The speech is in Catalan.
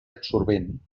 absorbent